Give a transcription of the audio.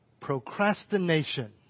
procrastination